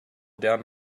down